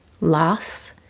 Loss